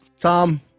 Tom